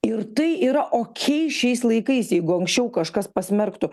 ir tai yra okei šiais laikais jeigu anksčiau kažkas pasmerktų